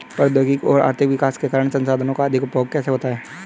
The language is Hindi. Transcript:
प्रौद्योगिक और आर्थिक विकास के कारण संसाधानों का अधिक उपभोग कैसे हुआ है?